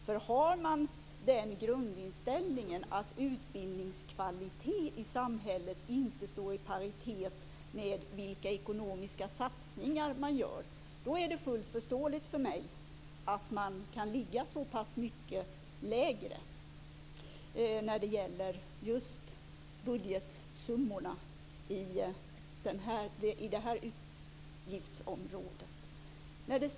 Om man har den grundinställningen att utbildningskvalitet i samhället inte står i paritet med vilka ekonomiska satsningar som görs är det fullt förståeligt att man kan ligga så pass mycket lägre när det gäller just budgetsummorna på det här utgiftsområdet.